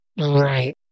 Right